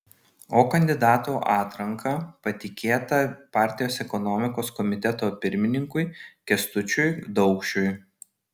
o kandidatų atranka patikėta partijos ekonomikos komiteto pirmininkui kęstučiui daukšiui